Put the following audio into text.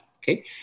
Okay